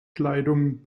kleidung